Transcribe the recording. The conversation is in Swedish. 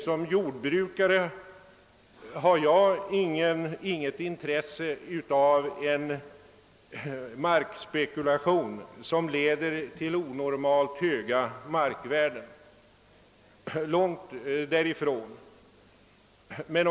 Som jordbrukare har jag inget intresse av en markspekulation som leder till onormalt höga markvärden, långt därifrån.